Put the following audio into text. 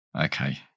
okay